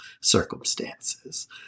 circumstances